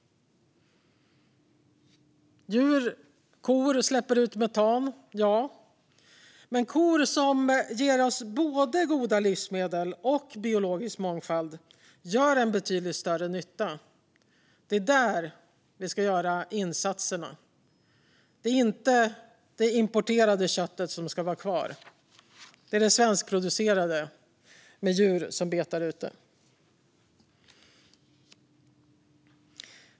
Visst släpper kor ut metan, men kor som ger oss både goda livsmedel och biologisk mångfald gör betydligt större nytta. Det är där insatserna ska göras. Det är inte det importerade köttet som ska vara kvar, utan det är det svenskproducerade köttet från djur som betar ute.